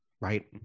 right